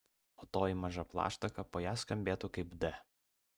o toji maža plaštaka po ja skambėtų kaip d